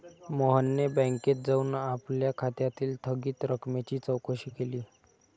मोहनने बँकेत जाऊन आपल्या खात्यातील थकीत रकमेची चौकशी केली